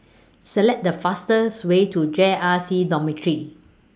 Select The fastest Way to J R C Dormitory